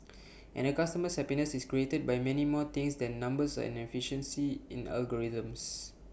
and A customer's happiness is created by many more things than numbers and efficiency in algorithms